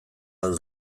ahal